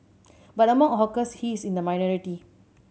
but among hawkers he is in the minority